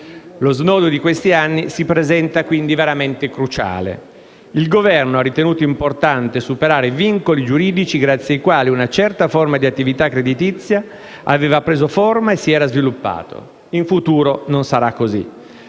Lo snodo di questi anni si presenta quindi veramente cruciale. Il Governo ha ritenuto importante superare vincoli giuridici grazie ai quali una certa tipologia di attività creditizia aveva preso forma e si era sviluppata. In futuro non sarà così: